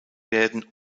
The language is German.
werden